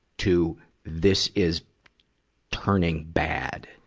to this is turning bad?